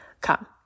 come